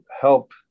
help